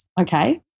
Okay